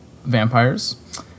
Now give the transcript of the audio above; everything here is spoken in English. vampires